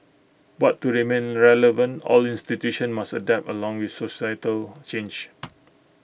but to remain relevant all institutions must adapt along with societal change